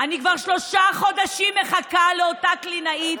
אני כבר שלושה חודשים מחכה לאותה קלינאית,